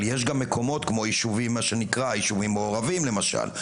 אבל יש מקומות כמו יישובים מעורבים למשל,